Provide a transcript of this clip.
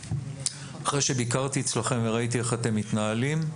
אחרי שביקרתי אצלכם וראיתי איך אתם מתנהלים,